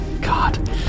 God